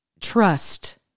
Trust